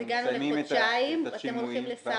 אז הגענו לחודשיים ואז אתם הולכים לשר האוצר.